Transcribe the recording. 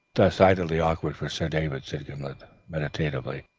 decidedly awkward for sir david, said gimblet meditatively,